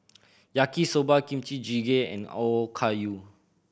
Yaki Soba Kimchi Jjigae and Okayu